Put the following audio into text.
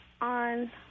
on